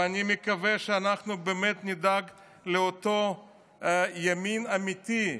ואני מקווה שאנחנו נדאג לאותו ימין אמיתי,